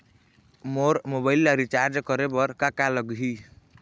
मोर mobile ला recharge करे बर का का लगही?